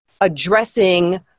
addressing